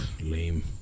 Lame